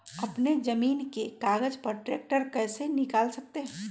अपने जमीन के कागज पर ट्रैक्टर कैसे निकाल सकते है?